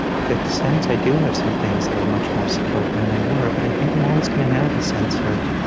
fixed sense i do have some things that are much more settled than they were, but i think i'm always going to have this sense of